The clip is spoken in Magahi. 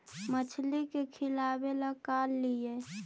मछली के खिलाबे ल का लिअइ?